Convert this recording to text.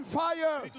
fire